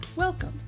Welcome